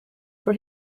for